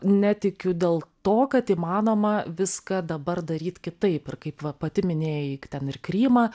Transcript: netikiu dėl to kad įmanoma viską dabar daryt kitaip ir kaip va pati minėjai ten ir krymą